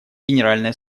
генеральной